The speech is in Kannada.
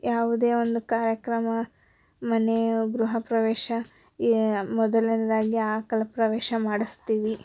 ಯಾವುದೇ ಒಂದು ಕಾರ್ಯಕ್ರಮ ಮನೆಯ ಗೃಹಪ್ರವೇಶ ಏ ಮೊದಲನೇದಾಗಿ ಆಕಳ ಪ್ರವೇಶ ಮಾಡಿಸ್ತೀವಿ